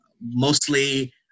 mostly